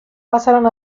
pasaron